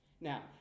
Now